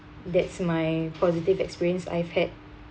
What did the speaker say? that's my positive experience I've had